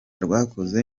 rwakoze